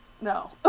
no